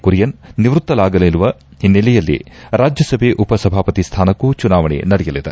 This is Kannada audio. ಕುರಿಯನ್ ನಿವೃತ್ತರಾಗಲಿರುವ ಹಿನ್ನೆಲೆಯಲ್ಲಿ ರಾಜ್ಜಸಭೆ ಉಪಸಭಾಪತಿ ಸ್ಥಾನಕ್ನೂ ಚುನಾವಣೆ ನಡೆಯಲಿದೆ